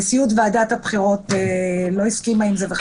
נשיאות ועדת הבחירות לא הסכימה עם זה וחשבה שצריך לשמור את הפעמיים.